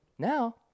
Now